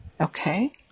okay